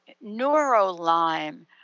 neuro-Lyme